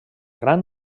gran